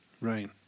Right